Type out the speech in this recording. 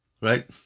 right